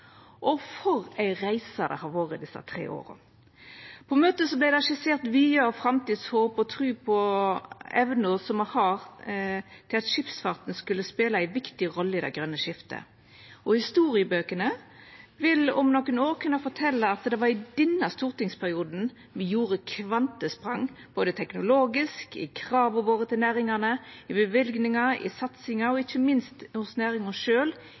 Og for ei reise desse tre åra har vore! På møtet vart det skissert vyar, framtidshåp og tru på evna me har til at skipsfarten skal spela ei viktig rolle i det grøne skiftet. Historiebøkene vil om nokre år kunne fortelja at det var i denne stortingsperioden me gjorde kvantesprang både teknologisk, i krava våre til næringa, i bevillingar, i satsingar og ikkje minst hos næringa